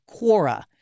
Quora